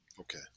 Okay